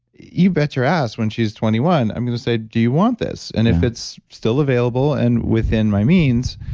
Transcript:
you bet your ass, when she's twenty one, i'm going to say, do you want this? and if it's still available and within my means,